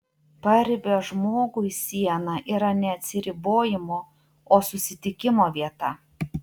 paribio žmogui siena yra ne atsiribojimo o susitikimo vieta